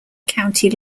county